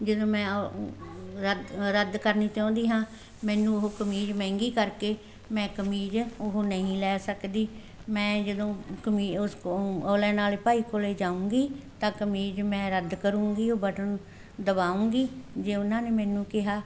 ਜਦੋਂ ਮੈਂ ਰ ਰੱਦ ਕਰਨੀ ਚਾਹੁੰਦੀ ਹਾਂ ਮੈਨੂੰ ਉਹ ਕਮੀਜ਼ ਮਹਿੰਗੀ ਕਰਕੇ ਮੈਂ ਕਮੀਜ਼ ਉਹ ਨਹੀਂ ਲੈ ਸਕਦੀ ਮੈਂ ਜਦੋਂ ਕਮੀ ਉਸ ਓ ਔਨਲੈਨ ਵਾਲੇ ਭਾਈ ਕੋਲ ਜਾਊਂਗੀ ਤਾਂ ਕਮੀਜ਼ ਮੈਂ ਰੱਦ ਕਰੂੰਗੀ ਉਹ ਬਟਨ ਦਬਾਊਂਗੀ ਜੇ ਉਹਨਾਂ ਨੇ ਮੈਨੂੰ ਕਿਹਾ